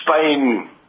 Spain